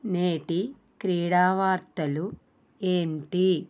నేటి క్రీడా వార్తలు ఏంటి